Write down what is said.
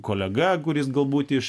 kolega kuris galbūt iš